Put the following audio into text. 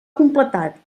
completar